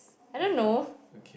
I don't know